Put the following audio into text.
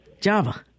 Java